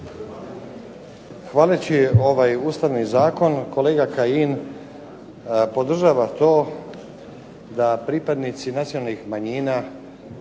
se./… ovaj ustavni zakon kolega Kajin podržava to da pripadnici nacionalnih manjina